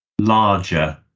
larger